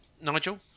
Nigel